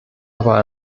aber